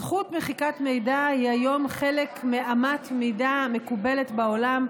זכות מחיקת מידע היא היום חלק מאמת מידה מקובלת בעולם,